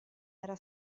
era